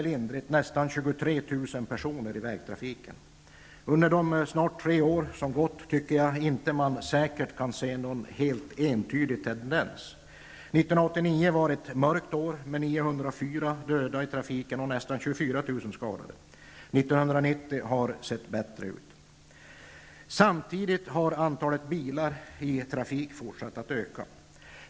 År Under de snart tre år som har gått kan man enligt min mening inte se någon helt entydig tendens. 1989 var ett mörkt år med 904 döda i trafiken och nästan 24 000 skadade. 1990 har sett bättre ut. Samtidigt har antalet bilar i trafik fortsatt att öka.